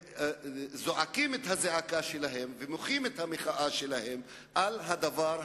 וזועקים את הזעקה שלהם ומוחים את המחאה שלהם על הדבר,